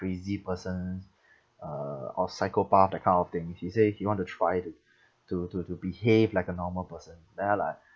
crazy person uh or psychopath that kind of thing he say he want to try to to to to behave like a normal person then I like